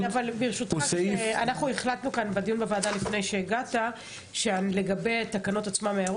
זה סעיף --- לפני שהגעת החלטנו כאן שנעיר כשנגיע לתקנה עצמה.